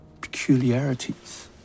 peculiarities